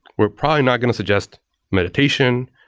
we're probably not going to suggest meditation.